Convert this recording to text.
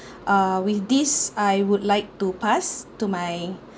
uh with this I would like to pass to my